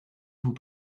vous